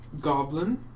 Goblin